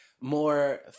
more